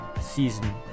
Season